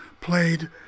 played